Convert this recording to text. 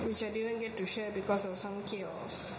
which I didn't get to share because of some chaos